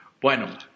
Bueno